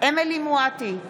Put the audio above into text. אמילי חיה מואטי,